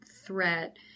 threat